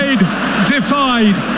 defied